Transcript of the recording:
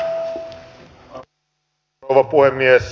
arvoisa rouva puhemies